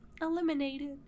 eliminated